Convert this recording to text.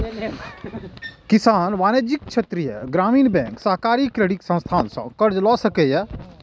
किसान वाणिज्यिक, क्षेत्रीय ग्रामीण बैंक, सहकारी क्रेडिट संस्थान सं कर्ज लए सकैए